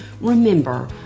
Remember